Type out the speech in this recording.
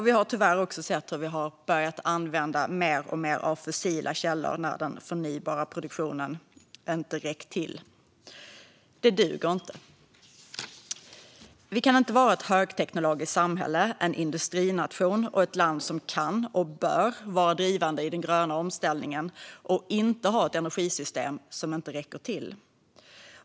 Vi har tyvärr också sett hur vi har börjat använda alltmer av fossila källor när den förnybara produktionen inte räckt till. Det duger inte. Vi kan inte vara ett högteknologiskt samhälle, en industrination, och ett land som kan och bör vara drivande i den gröna omställningen och inte ha ett energisystem som inte räcker till.